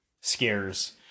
scares